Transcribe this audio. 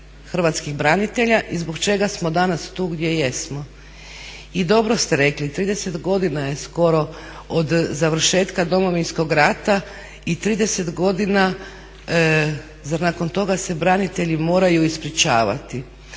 hrvatskih branitelja i zbog čega smo danas tu gdje jesmo. I dobro ste rekli, 30 godina je skoro od završetka Domovinskog rata i 30 godina, zar nakon toga se branitelji moraju ispričavati.